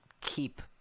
keep